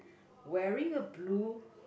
wearing a blue